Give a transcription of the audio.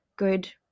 good